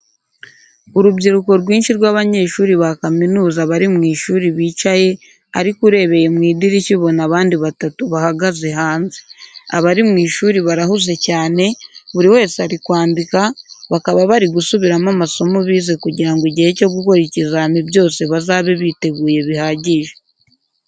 Urubyiruko rwinshi rw'abanyeshuri ba kaminuza bari mu ishuri bicaye ariko urebeye mu idirishya ubona abandi batatu bahagaze hanze. Abari mu ishuri barahuze cyane, buri wese ari kwandika, bakaba bari gusubiramo amasomo bize kugira ngo igihe cyo gukora ikizami byose bazabe biteguye bihagije.